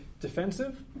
defensive